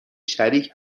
شریک